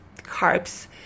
carbs